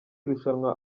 rushanwa